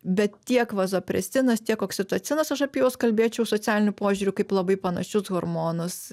bet tiek vazopresinas tiek oksitocinas aš apie juos kalbėčiau socialiniu požiūriu kaip labai panašius hormonus